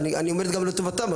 אני אומר גם לטובתם,